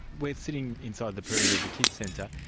we're sitting inside the perimeter of the kids' centre,